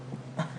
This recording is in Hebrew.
מלינובסקי.